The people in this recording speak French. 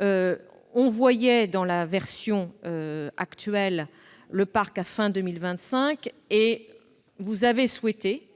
On voyait, dans la version initiale, le parc à la fin 2025. Or vous avez souhaité